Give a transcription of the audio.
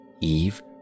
Eve